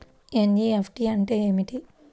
NEFT అంటే ఏమిటీ?